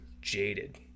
jaded